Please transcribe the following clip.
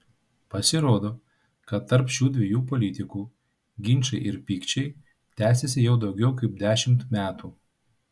pasirodo kad tarp šių dviejų politikų ginčai ir pykčiai tęsiasi jau daugiau kaip dešimt metų